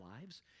lives